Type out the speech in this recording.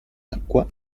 acqua